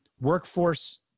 workforce